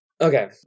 Okay